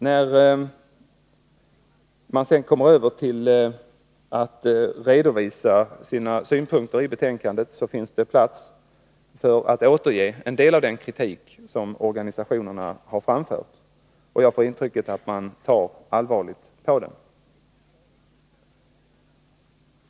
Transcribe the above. När man i betänkandet redovisar sina synpunkter finner man plats för att återge en del av den kritik som organisationerna har framfört, och jag får intrycket att man tar allvarligt på den.